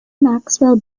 maxwell